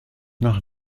nach